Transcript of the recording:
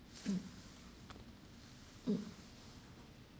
mm mm